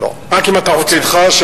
רק אם אתה רוצה.